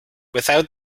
without